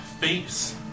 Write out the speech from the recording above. face